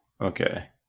okay